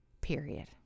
Period